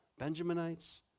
Benjaminites